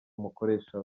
umukoresha